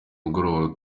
mugoroba